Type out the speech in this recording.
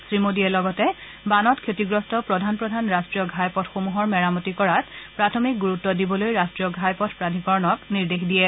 শ্ৰীমোডীয়ে লগতে বানত ক্ষতিগ্ৰস্ত প্ৰধান প্ৰধান ৰাষ্ট্ৰীয় ঘাইপথসমূহক মেৰামতি কৰাত প্ৰাথমিক গুৰুত্ব দিবলৈ ৰাষ্ট্ৰীয় ঘাইপথ প্ৰাধীকৰণক নিৰ্দেশ দিয়ে